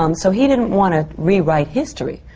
um so he didn't want to rewrite history.